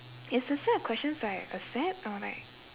it's the set of questions like a set or like